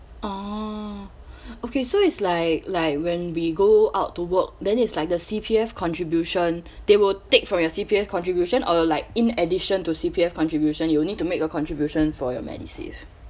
oh okay so is like like when we go out to work then it's like the C_P_F contribution they will take from your C_P_F contribution or like in addition to C_P_F contribution you will need to make a contribution for your medisave